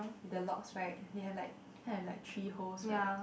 with the logs right they have like kinda like three holes right